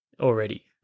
already